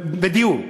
דיור.